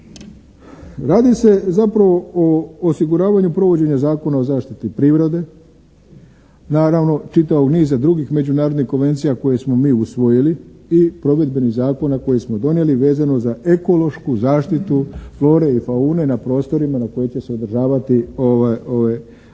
Radi se zapravo o osiguravanju provođenja Zakona o zaštiti privrede. Naravno čitavog niza drugih međunarodnih konvencija koje smo mi usvojili i provedbenih zakona koje smo donijeli vezano za ekološku zaštitu fore i faune na prostorima na kojima će se održavati ove